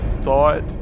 thought